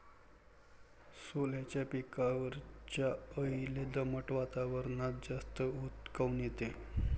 सोल्याच्या पिकावरच्या अळीले दमट वातावरनात जास्त ऊत काऊन येते?